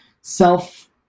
self-